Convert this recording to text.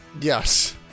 Yes